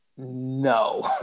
no